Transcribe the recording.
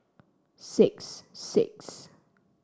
six six